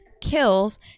kills